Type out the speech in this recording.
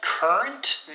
Current